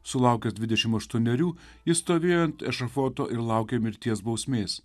sulaukęs dvidešim aštuonerių jis stovėjo ant ešafoto ir laukė mirties bausmės